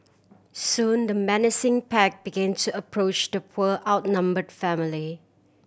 soon the menacing pack begin to approach the poor outnumbered family